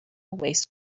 waste